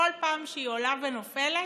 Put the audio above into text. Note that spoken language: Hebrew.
בכל פעם שהיא עולה ונופלת